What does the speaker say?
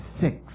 Six